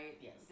Yes